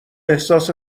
احساس